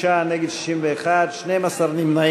בעד, 46, נגד, 61, 12 נמנעים.